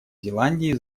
зеландии